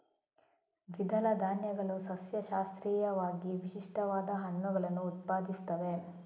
ದ್ವಿದಳ ಧಾನ್ಯಗಳು ಸಸ್ಯಶಾಸ್ತ್ರೀಯವಾಗಿ ವಿಶಿಷ್ಟವಾದ ಹಣ್ಣುಗಳನ್ನು ಉತ್ಪಾದಿಸುತ್ತವೆ